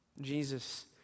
Jesus